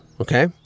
Okay